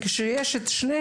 אבל כשיש להם את שניהם,